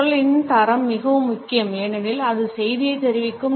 குரலின் தரம் மிகவும் முக்கியம் ஏனெனில் அது செய்தியைத் தெரிவிக்கும்